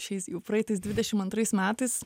šiais jau praeitais dvidešim antrais metais